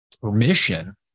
permission